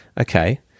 Okay